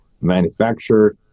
manufacturer